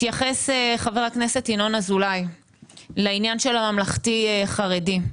התייחס חבר הכנסת ינון אזולאי לעניין של הממלכתי חרדי.